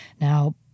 Now